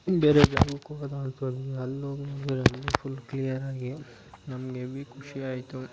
ಬೇರೆ ಜಾಗಕ್ಕೆ ಹೋಗೋದು ಅನ್ಕೊಂಡ್ವಿ ಅಲ್ಲಿ ಹೋಗ್ ನೋಡಿದ್ರೆ ಅಲ್ಲೇ ಫುಲ್ ಕ್ಲಿಯರಾಗಿ ನಮ್ಗೆ ಎವಿ ಖುಷಿ ಆಯಿತು